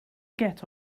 get